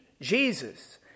Jesus